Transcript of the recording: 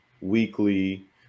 weekly